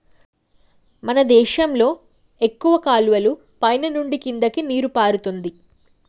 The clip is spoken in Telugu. మన దేశంలో ఎక్కువ కాలువలు పైన నుండి కిందకి నీరు పారుతుంది